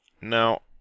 Now